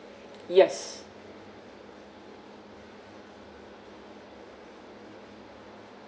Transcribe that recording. yes